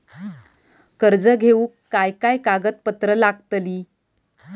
कर्ज घेऊक काय काय कागदपत्र लागतली?